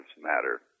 Matter